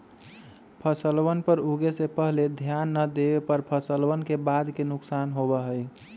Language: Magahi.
फसलवन पर उगे से पहले ध्यान ना देवे पर फसलवन के बाद के नुकसान होबा हई